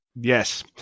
Yes